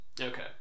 okay